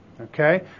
okay